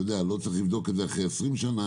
לא צריך לבדוק את זה אחרי 20 שנה,